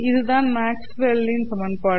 இதுதான் மாக்ஸ்வல் இன் Maxwell's சமன்பாடுகள்